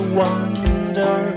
wonder